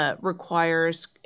requires